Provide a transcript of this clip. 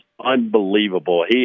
unbelievable